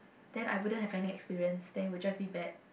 then I wouldn't have any experience then will just be bad